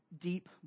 deep